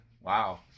Wow